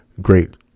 great